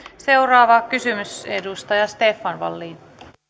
seuraava kysymys edustaja stefan wallin